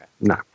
no